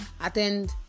attend